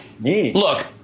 look